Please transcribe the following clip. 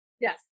Yes